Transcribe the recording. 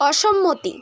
অসম্মতি